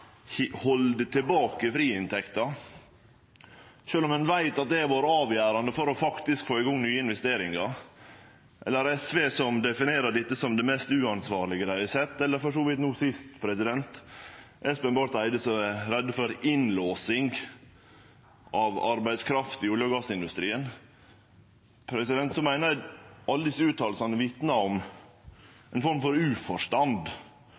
om ein veit at det har vore avgjerande for faktisk å få i gang nye investeringar, eller som når SV definerer dette som det mest uansvarlege dei har sett, eller for så vidt som no sist, då Espen Barth Eide var redd for innlåsing av arbeidskraft i olje- og gassindustrien. Eg meiner at alle desse fråsegnene vitnar om ei form for uforstand